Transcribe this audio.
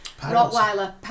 Rottweiler